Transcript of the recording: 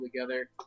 together